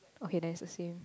okay then it's the same